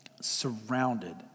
surrounded